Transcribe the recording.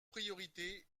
priorités